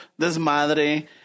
desmadre